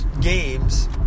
games